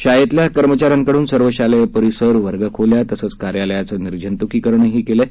शाळेतल्या कर्मचाऱ्यांकडून सर्व शालेय परिसर वर्गखोल्या तसंच कार्यालयाचं निर्जंतुकीकरण करण्यात आलं आहे